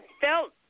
felt